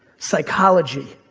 psychology,